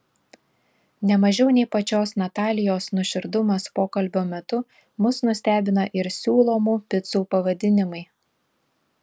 ne mažiau nei pačios natalijos nuoširdumas pokalbio metu mus nustebina ir siūlomų picų pavadinimai